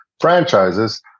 franchises